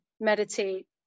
meditate